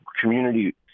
community